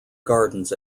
gardens